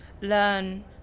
learn